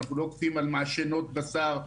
מעשנות בשר,